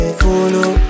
follow